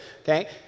okay